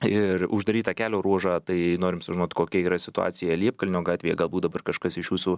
ir uždarytą kelio ruožą tai norim sužinot kokia yra situacija liepkalnio gatvėje galbūt dabar kažkas iš jūsų